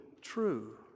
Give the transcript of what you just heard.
true